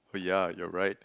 oh yeah you are right